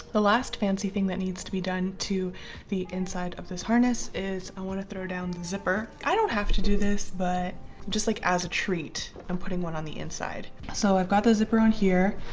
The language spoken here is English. the last fancy thing that needs to be done to the inside of this harness is i want to throw down the zipper. i don't have to do this, but just like as a treat. i'm putting one on the inside. so i've got the zipper on here.